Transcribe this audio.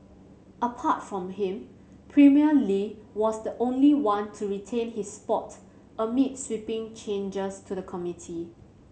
apart from him Premier Li was the only one to retain his spot amid sweeping changes to the committee